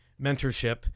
mentorship